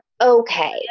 Okay